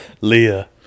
Leah